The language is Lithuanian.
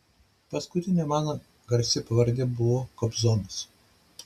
paskutinė man garsi pavardė buvo kobzonas